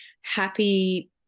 happy